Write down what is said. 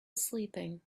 sleeping